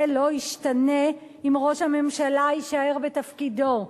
זה לא ישתנה אם ראש הממשלה יישאר בתפקידו,